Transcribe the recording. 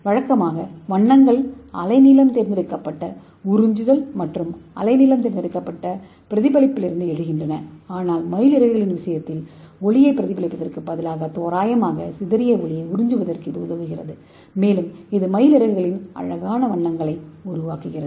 வழக்கமாக வண்ணங்கள் அலைநீளம் தேர்ந்தெடுக்கப்பட்ட உறிஞ்சுதல் மற்றும் அலைநீளம் தேர்ந்தெடுக்கப்பட்ட பிரதிபலிப்பிலிருந்து எழுகின்றன ஆனால் மயில் இறகுகளின் விஷயத்தில் ஒளியைப் பிரதிபலிப்பதற்கு பதிலாக தோராயமாக சிதறிய ஒளியை உறிஞ்சுவதற்கு இது உதவுகிறது மேலும் இது மயில் இறகுகளின் அழகான வண்ணங்களை உருவாக்குகிறது